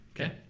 Okay